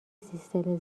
سیستم